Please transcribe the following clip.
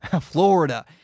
Florida